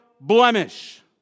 blemish